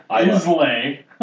Islay